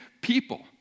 people